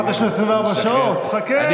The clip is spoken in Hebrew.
אמרת 24 שעות, חכה.